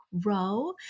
grow